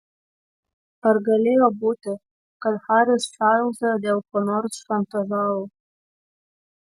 ar galėjo būti kad haris čarlzą dėl ko nors šantažavo